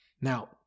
Now